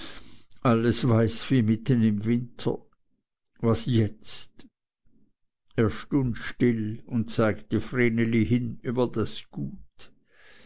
alles weiß wie mitten im winter was jetzt er stund still und zeigte vreneli hin über das gut